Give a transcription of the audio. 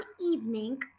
evening